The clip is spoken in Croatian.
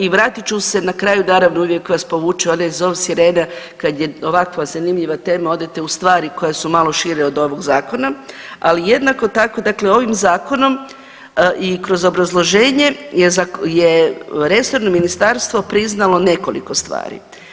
I vratit ću se na kraju, naravno uvijek vas povuče onaj zov sirene kad je ovakva zanimljiva tema, odete u stvari koje su malo šire od ovog Zakona, ali jednako tako, dakle ovim Zakonom i kroz obrazloženje je resorno Ministarstvo priznalo nekoliko stvari.